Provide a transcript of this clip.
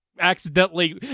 accidentally